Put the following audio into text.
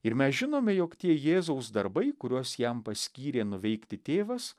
ir mes žinome jog tie jėzaus darbai kuriuos jam paskyrė nuveikti tėvas